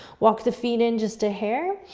walk the feet in just a hair.